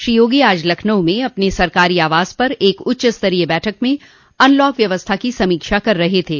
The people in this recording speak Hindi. श्री योगी आज लखनऊ में अपने सरकारी आवास पर एक उच्चस्तरीय बैठक में अनलॉक व्यवस्था की समीक्षा कर रहे थे